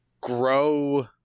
grow